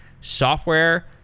software